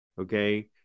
Okay